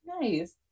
nice